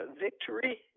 victory